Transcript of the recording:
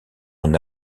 une